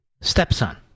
stepson